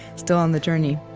still on the journey.